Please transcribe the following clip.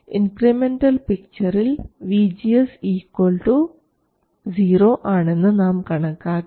incremental പിക്ചറിൽ VGS 0 ആണെന്ന് നാം കണക്കാക്കി